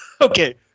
Okay